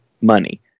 money